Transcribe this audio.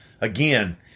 again